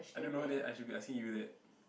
I don't know that I should be asking you that